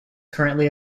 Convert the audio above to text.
currently